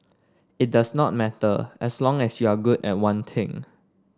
it does not matter as long as you're good at one thing